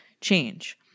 change